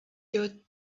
your